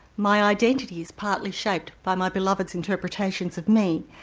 my identity is partly shaped by my beloved's interpretations of me,